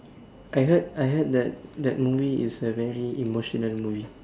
I heard I heard that that movie is a very emotional movie